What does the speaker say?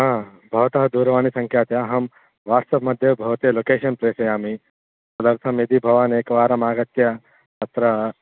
हा भवतः दूरवाणीसङ्ख्यात् अहं वट्साप्मध्ये भवन्तं लोकेषन् प्रेषयामि तदर्थं यदि भवान् एकवारमागत्य अत्र